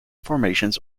formations